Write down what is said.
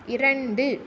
இரண்டு